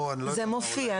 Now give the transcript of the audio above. זה מופיע.